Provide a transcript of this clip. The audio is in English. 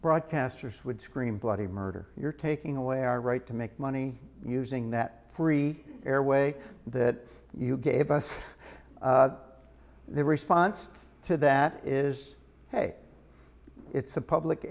broadcasters would scream bloody murder you're taking away our right to make money using that three airway that you gave us their response to that is ok it's a public